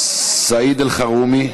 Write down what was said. סעיד אלחרומי,